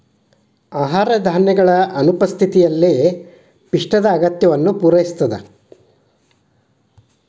ಆಹಾರ ಧಾನ್ಯಗಳ ಅನುಪಸ್ಥಿತಿಯಲ್ಲಿ ಪಿಷ್ಟದ ಅಗತ್ಯವನ್ನು ಪೂರೈಸುತ್ತದೆ